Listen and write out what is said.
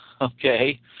okay